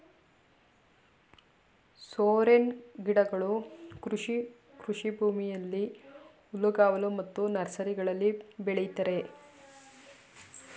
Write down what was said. ಸೋರೆನ್ ಗಿಡಗಳು ಕೃಷಿ ಕೃಷಿಭೂಮಿಯಲ್ಲಿ, ಹುಲ್ಲುಗಾವಲು ಮತ್ತು ನರ್ಸರಿಗಳಲ್ಲಿ ಬೆಳಿತರೆ